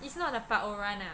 it's not the Park Oh Ran ah